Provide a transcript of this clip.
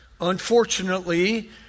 unfortunately